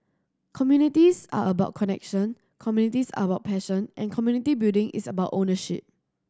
communities are about connection communities are about passion and community building is about ownership